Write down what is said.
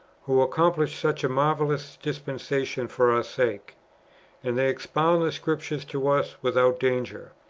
who accomplished such marvellous dispensa tions for our sake and they expound the scriptures to us without danger,